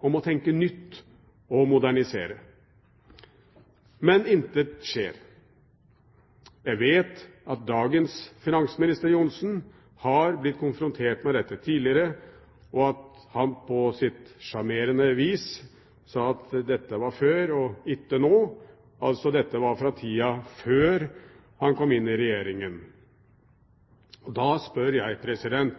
om å tenke nytt og modernisere. Men intet skjer. Jeg vet at dagens finansminister Johnsen har blitt konfrontert med dette tidligere, og at han på sitt sjarmerende vis sa at «dette var før og itte nå», altså dette var fra tiden før han kom inn i Regjeringen. Da spør jeg: